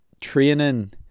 training